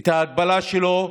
ואת ההגבלה שלו,